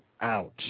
out